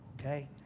okay